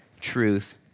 truth